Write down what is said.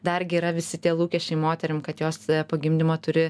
dar gi yra visi tie lūkesčiai moterim kad jos po gimdymo turi